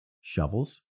shovels